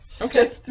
Okay